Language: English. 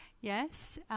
Yes